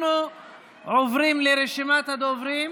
אנחנו עוברים לרשימת הדוברים.